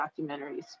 documentaries